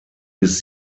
bis